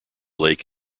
lake